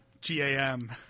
G-A-M